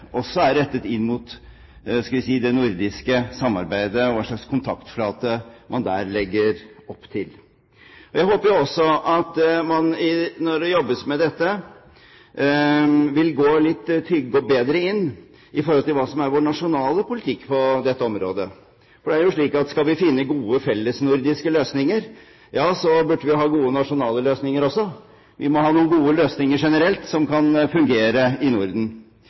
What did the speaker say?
man når det jobbes med dette, vil tydeliggjøre litt bedre hva som er vår nasjonale politikk på dette området. For det er jo slik at skal vi finne gode fellesnordiske løsninger, bør vi også ha gode nasjonale løsninger. Vi må ha noen gode løsninger generelt som kan fungere i Norden.